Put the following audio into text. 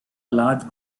large